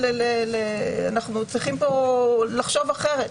אנחנו צריכים לחשוב פה אחרת,